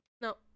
No